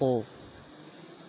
போ